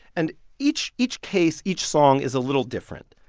and each each case, each song is a little different.